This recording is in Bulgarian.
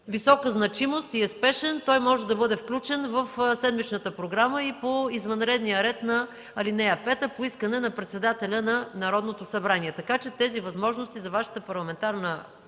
висока значимост и е спешен, той може да бъде включен в седмичната програма и по извънредния ред на ал. 5 – по искане на председателя на Народното събрание. Така че тези възможности за Вашата парламентарна